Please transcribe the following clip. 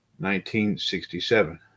1967